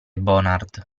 bonard